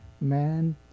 man